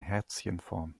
herzchenform